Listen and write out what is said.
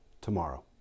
tomorrow